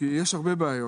כי יש הרבה בעיות.